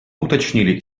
уточнили